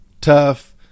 tough